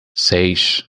seis